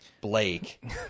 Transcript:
Blake